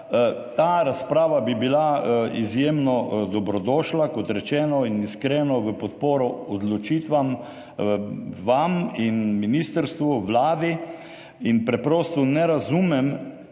ta razprava bi bila izjemno dobrodošla, kot rečeno, in iskreno v podporo odločitvam vam in ministrstvu, Vladi in preprosto ne razumem,